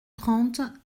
trente